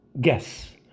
guess